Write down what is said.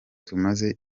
tumaze